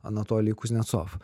anatolij kuznecov